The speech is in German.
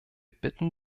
bitten